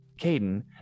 Caden